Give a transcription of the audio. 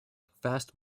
fast